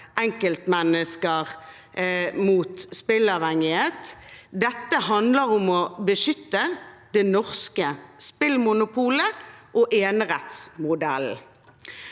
enkeltmennesker mot spilleavhengighet, det handler om å beskytte det norske spillmonopolet og enerettsmodellen.